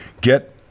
Get